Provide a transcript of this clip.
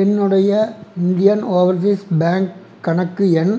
என்னுடைய Indian Overseas Bank கணக்கு எண்